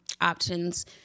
options